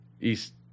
east